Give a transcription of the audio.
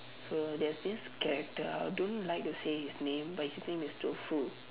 so there's this character I don't like to say his name but his name is tofu